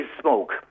smoke